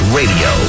radio